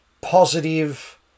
positive